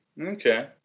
okay